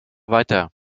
weiter